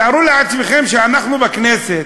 תארו לעצמכם שאנחנו, בכנסת,